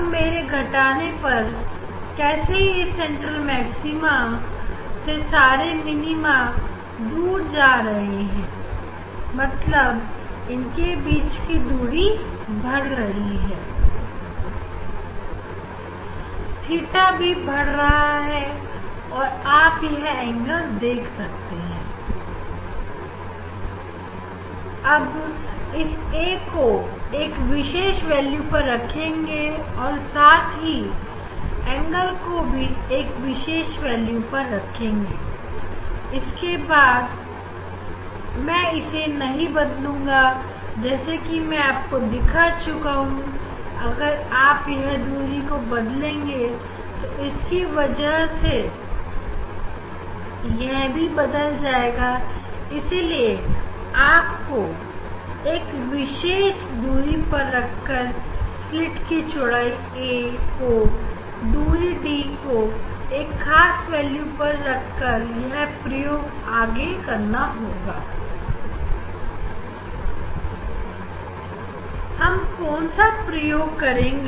अब मेरे घटाने पर कैसे ये सेंट्रल मैक्सिमा से सारे मिनीमा दूर जा रहे हैं मतलब इनके बीच की दूरी बढ़ रही है थीटा भी बढ़ रहा है और आप यह एंगल देख सकते हैं हम इस a को एक विशेष वैल्यू पर रखेंगे और साथ ही इस एंगल को भी एक विशेष वैल्यू पर रखेंगे और इसको बाद में नहीं बदलेंगे जैसे मैं आपको दिखा चुका हूं कि अगर आप यह दूरी को बदलेंगे तो इसकी वजह से यह भी बदल जाएगा इसीलिए आपको इसे एक विशेष दूरी पर रखकर स्लीट की चौड़ाई a को और दूरी D को एक खास वैल्यू पर रखकर यह प्रयोग आगे करना होगा हम कौन सा प्रयोग करेंगे